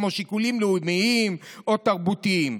כמו שיקולים לאומיים או תרבותיים,